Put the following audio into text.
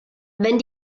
wenn